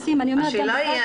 השאלה היא,